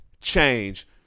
change